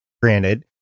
Granted